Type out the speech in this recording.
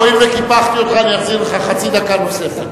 הואיל וקיפחתי אותך אני אחזיר לך חצי דקה נוספת.